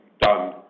done